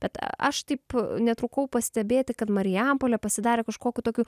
bet aš taip netrukau pastebėti kad marijampolė pasidarė kažkokiu tokiu